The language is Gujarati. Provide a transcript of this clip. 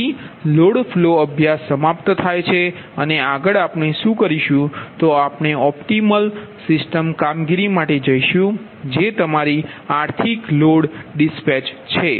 તેથી લોડ ફ્લો અભ્યાસ સમાપ્ત થાય છે અને આગળ આપણે શું કરીશું તો આપણે ઓપટિમલ સિસ્ટમ કામગીરી માટે જઈશું જે તમારી આર્થિક લોડ રવાનગી છે